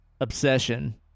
obsession